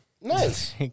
Nice